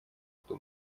что